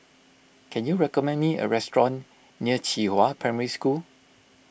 can you recommend me a restaurant near Qihua Primary School